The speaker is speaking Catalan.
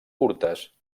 curtes